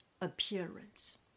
appearance